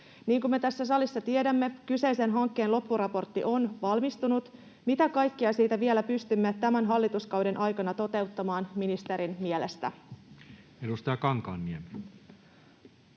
Niin kuin me tässä salissa tiedämme, kyseisen hankkeen loppuraportti on valmistunut. Mitä kaikkia siitä vielä pystymme tämän hallituskauden aikana toteuttamaan ministerin mielestä? Edustaja Kankaanniemi.